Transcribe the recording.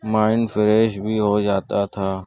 mind fresh بھی ہو جاتا تھا